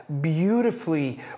beautifully